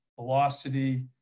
velocity